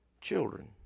Children